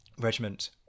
regiment